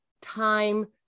time